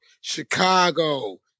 Chicago